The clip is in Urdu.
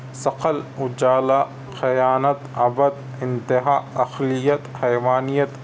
شکل اُجالا خیانت ابد انتہاء اخلیت حیوانیت